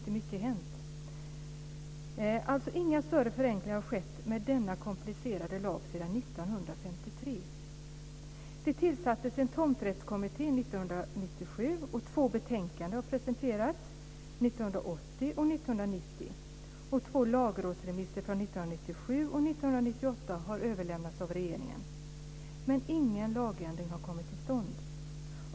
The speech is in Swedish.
Det har alltså inte skett någon större förenkling av denna komplicerade lag sedan 1953. Den tillsattes en tomträttskommitté 1977, och två betänkanden har presenterats, 1980 och 1990. Två lagrådsremisser från 1997 och 1998 har överlämnats av regeringen. Men ingen lagändring har kommit till stånd.